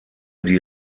die